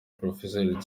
professor